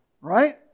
right